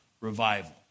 Revival